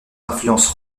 influences